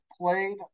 played